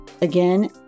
Again